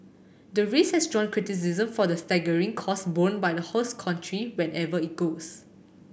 the race has drawn criticism for the staggering costs borne by the host country wherever it goes